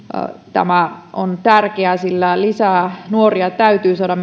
tämä on tärkeää sillä lisää nuoria täytyy saada